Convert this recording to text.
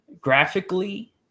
graphically